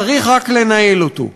צריך רק לנהל אותו.